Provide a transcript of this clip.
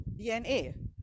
DNA